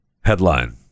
Headline